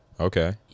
okay